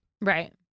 right